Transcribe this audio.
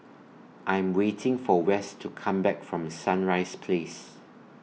I'm waiting For Wess to Come Back from Sunrise Place